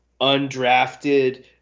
undrafted